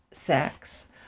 sex